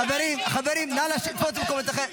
חברים, נא לתפוס מקומותיכם.